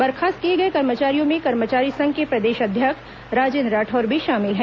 बर्खास्त किए गए कर्मचारियों में कर्मचारी संघ के प्रदेश अध्यक्ष राजेन्द्र राठौर भी शामिल है